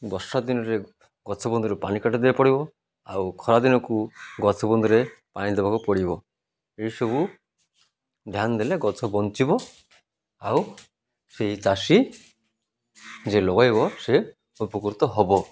ବର୍ଷା ଦିନରେ ଗଛ ବନ୍ଧୁରୁ ପାଣି କାଟି ଦେବାକୁ ପଡ଼ିବ ଆଉ ଖରାଦିନକୁ ଗଛ ବନ୍ଧରେ ପାଣି ଦେବାକୁ ପଡ଼ିବ ଏସବୁ ଧ୍ୟାନ ଦେଲେ ଗଛ ବଞ୍ଚିବ ଆଉ ସେଇ ଚାଷୀ ଯେ ଲଗାଇବ ସେ ଉପକୃତ ହେବ